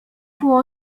było